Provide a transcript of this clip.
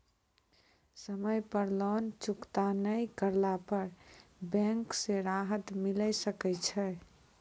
समय पर लोन चुकता नैय करला पर बैंक से राहत मिले सकय छै?